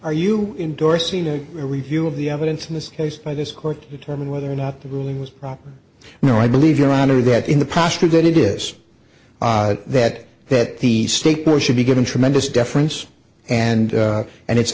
a review of the evidence in this case by this court to determine whether or not the ruling was proper you know i believe your honor that in the past or that it is that that the state board should be given tremendous deference and and it